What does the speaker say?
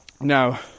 Now